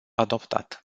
adoptat